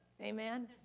Amen